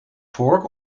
vork